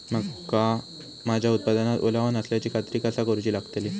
मका माझ्या उत्पादनात ओलावो नसल्याची खात्री कसा करुची लागतली?